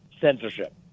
censorship